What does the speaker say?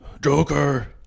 Joker